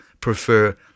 prefer